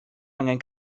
angen